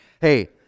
hey